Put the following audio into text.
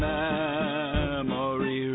memory